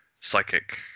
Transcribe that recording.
psychic